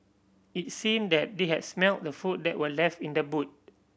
it seemed that they had smelt the food that were left in the boot